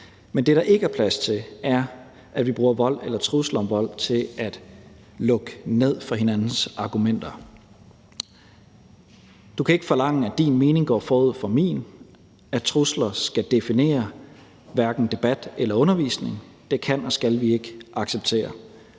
men det, der ikke er plads til, er, at vi bruger vold eller trusler om vold til at lukke ned for hinandens argumenter. Du kan ikke forlange, at din mening går forud for min, at trusler skal definere hverken debat eller undervisning – det kan og skal vi ikke acceptere.